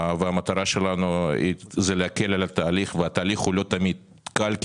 המטרה שלנו היא להקל על התהליך והתהליך הוא לא תמיד קל.